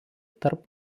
tarp